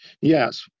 Yes